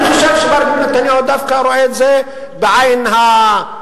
אני חושב שמר ביבי נתניהו דווקא רואה את זה בעין חיובית,